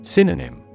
Synonym